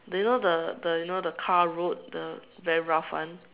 do you know the the you know the car road the very rough one